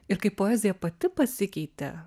ir kai poezija pati pasikeitė